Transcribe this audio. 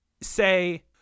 say